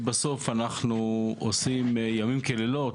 כי בסוף אנחנו עושים ימים כלילות,